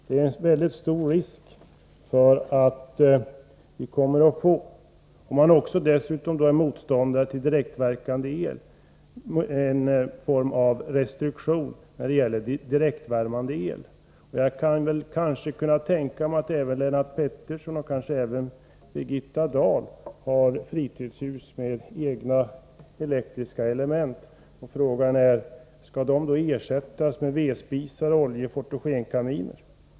Det föreligger en mycket stor risk för att vi kommer att få någon form av restriktion för direktvärmande el om man dessutom är motståndare till direktverkande el. Jag skulle kanske kunna tänka mig att både Lennart Pettersson och Birgitta Dahl har fritidshus med egna elektriska element. Frågan är: Skall de elementen ersättas med vedspisar och oljeoch fotogenkaminer?